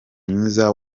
mwiza